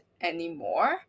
anymore